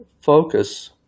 focus